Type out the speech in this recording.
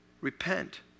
repent